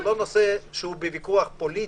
זה לא נושא שהוא בוויכוח פוליטי,